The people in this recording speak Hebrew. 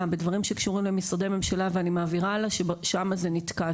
בדברים שקשורים למשרדי ממשלה ואני מעבירה ששם זה נתקע.